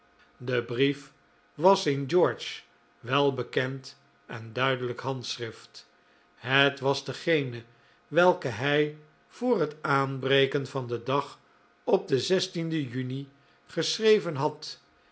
de brief was in george's welbekend en duidelijk handschrift het was degene welken hij voor het aanbreken van den dag op den juni geschreven had